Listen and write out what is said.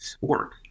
work